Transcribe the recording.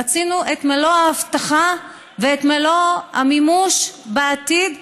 רצינו את מלוא ההבטחה ואת מלוא המימוש בעתיד,